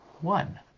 one